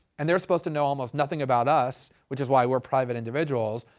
and they're supposed to know almost nothing about us, which is why we're private individuals,